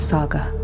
Saga